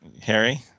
Harry